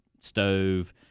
stove